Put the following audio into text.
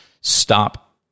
Stop